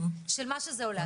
של מה שזה עולה.